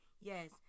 yes